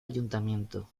ayuntamiento